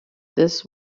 this